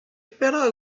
perak